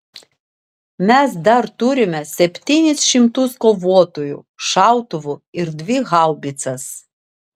mes dar turime septynis šimtus kovotojų šautuvų ir dvi haubicas